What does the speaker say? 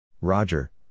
Roger